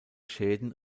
schäden